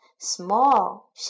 Small